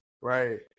Right